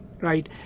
right